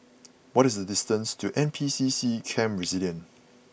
what is the distance to N P C C Camp Resilience